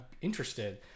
interested